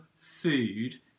food